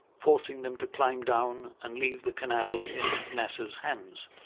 forcing them to climb down and leave the canal in nasser's hands.